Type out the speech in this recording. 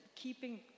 keeping